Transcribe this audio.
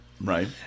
right